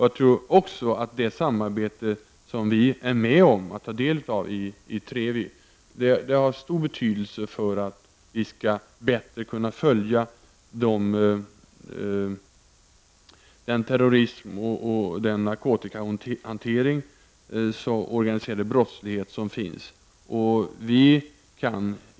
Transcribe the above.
Jag tror också att det samarbete som vi är med om att ta del av i TREVI har stor betydelse för att vi bättre skall kunna följa den terrorism och den narkotikahantering och organiserade brottslighet som finns.